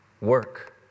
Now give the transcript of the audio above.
Work